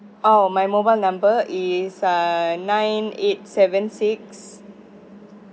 oh my mobile number is uh nine eight seven six